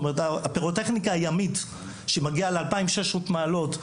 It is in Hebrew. פירוטכניקה מגיעה ל-2,600 מעלות,